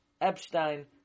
Epstein